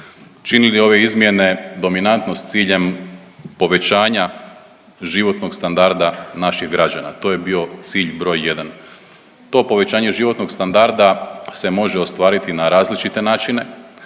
činili ove izmjene dominantno s ciljem povećanja životnog standarda naših građana, to je bio cilj broj jedan. To povećanje životnog standarda se može ostvariti na različite načine